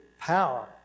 power